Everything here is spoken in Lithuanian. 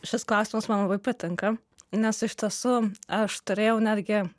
šis klausimas man labai patinka nes iš tiesų aš turėjau netgi